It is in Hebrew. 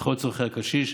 לכל צורכי הקשיש,